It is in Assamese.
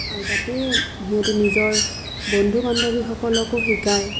আৰু তাতেই সিহঁতে নিজৰ বন্ধু বান্ধৱীসকলকো শিকায়